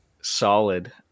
solid